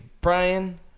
Brian